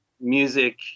music